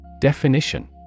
Definition